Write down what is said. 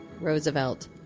Roosevelt